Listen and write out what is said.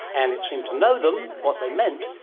and it seemed to know them, what they meant.